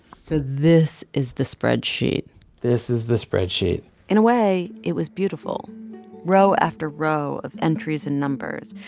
so this is the spreadsheet this is the spreadsheet in a way, it was beautiful row after row of entries and numbers,